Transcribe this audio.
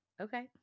okay